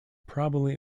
probably